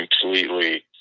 completely